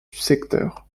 secteur